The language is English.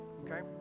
okay